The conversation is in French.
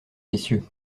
messieurs